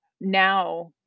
now